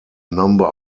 number